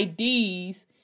IDs